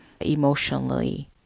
emotionally